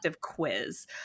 quiz